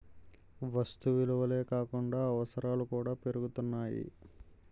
వస్తు విలువలే కాకుండా అవసరాలు కూడా పెరుగుతున్నాయి